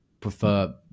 Prefer